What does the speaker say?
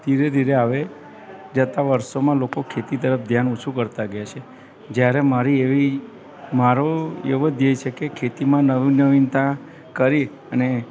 ધીરે ધીરે અવે જતા વર્ષોમાં લોકો ખેતી તરફ ધ્યાન ઓછું કરતાં ગયાં છે જ્યારે મારી એવી મારો એવો ધ્યેય છે કે ખેતીમાં નવી નવીનતા કરી અને